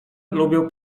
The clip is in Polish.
lubię